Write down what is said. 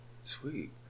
sweet